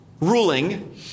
ruling